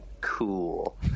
cool